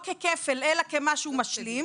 ככפל אלא כמשהו משלים,